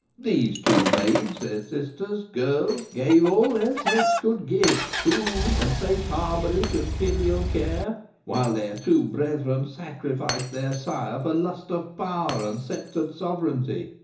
these two maids their sisters, girls, gave all their sex could give, food and safe harborage and filial care while their two brethren sacrificed their sire for lust of power and sceptred sovereignty.